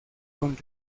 con